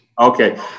Okay